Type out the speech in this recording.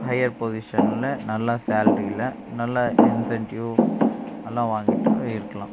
higher பொசிஷனில் நல்லா சேல்ரில நல்லா இன்சென்டிவ் எல்லாம் வாங்கிகிட்டு இருக்கலாம்